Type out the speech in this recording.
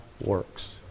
works